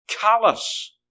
callous